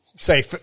say